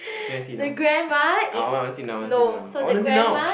can I see now I want to see now I want to see now I want to see now